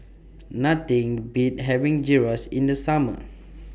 Nothing Beats having Gyros in The Summer